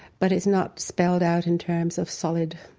but it's not spelled out in terms of solid,